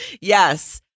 Yes